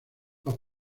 los